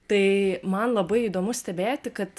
tai man labai įdomu stebėti kad